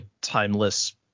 timeless